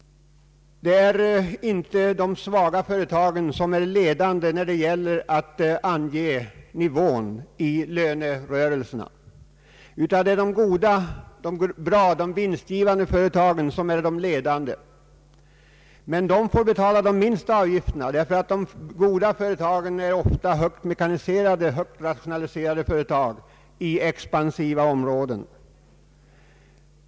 Det är inte de svaga företagen som är ledande när det gäller att ange nivån i lönerörelserna, utan det är de goda, de vinstgivande företagen som är de ledande. Men de får betala de minsta arbetsgivaravgifterna därför att de goda företagen ofta är högt mekaniserade och rationaliserade företag i expansiva områden.